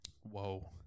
Whoa